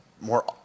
More